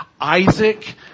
Isaac